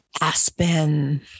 Aspen